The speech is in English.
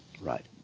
Right